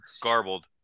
garbled